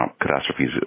catastrophes